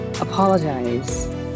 apologize